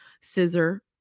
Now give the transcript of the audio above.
scissor